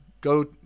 go